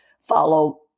follow